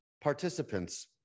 participants